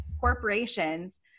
corporations